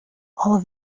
all